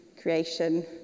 creation